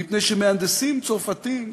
מפני שמהנדסים צרפתיים